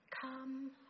Come